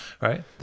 right